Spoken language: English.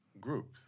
groups